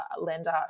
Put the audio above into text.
lender